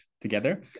together